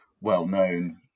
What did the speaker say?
well-known